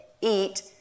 eat